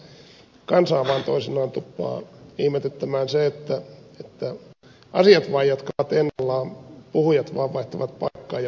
kansaa vaan toisinaan tuppaa ihmetyttämään se että asiat vaan jatkuvat ennallaan puhujat vaan vaihtavat paikkaa ja puheitaan